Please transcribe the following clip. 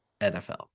NFL